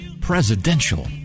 presidential